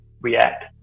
React